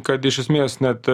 kad iš esmės net